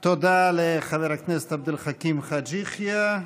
תודה לחבר הכנסת עבד אל חכים חאג' יחיא.